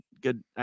good